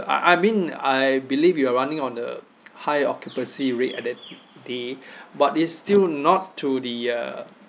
I I mean I believe you are running on a high occupancy rate at that the but is still not to the uh